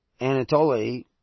Anatoly